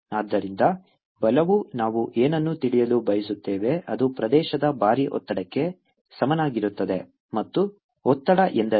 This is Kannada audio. ಆದ್ದರಿಂದ ಬಲವು ನಾವು ಏನನ್ನು ತಿಳಿಯಲು ಬಯಸುತ್ತೇವೆ ಅದು ಪ್ರದೇಶದ ಬಾರಿ ಒತ್ತಡಕ್ಕೆ ಸಮನಾಗಿರುತ್ತದೆ ಮತ್ತು ಒತ್ತಡ ಎಂದರೇನು